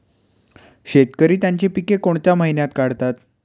शेतकरी त्यांची पीके कोणत्या महिन्यात काढतात?